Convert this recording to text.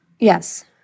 Yes